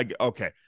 okay